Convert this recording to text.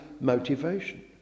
motivation